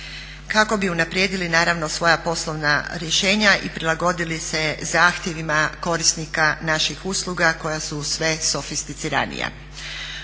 kako bi unaprijedili naravno svoja poslovna rješenja i prilagodili se zahtjevima korisnika naših usluga koja su sve sofisticiranija.